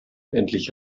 endlich